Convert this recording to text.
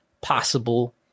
possible